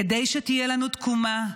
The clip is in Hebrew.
כדי שתהיה לנו תקומה,